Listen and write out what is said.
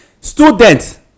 Students